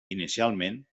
inicialment